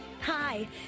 Hi